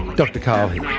dr karl here.